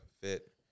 Fit